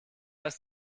ist